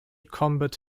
combat